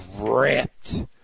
ripped